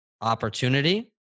opportunity